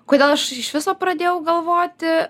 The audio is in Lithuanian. kodėl aš iš viso pradėjau galvoti